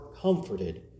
comforted